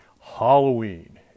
halloween